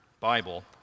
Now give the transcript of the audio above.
Bible